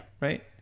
Right